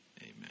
Amen